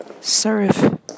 serve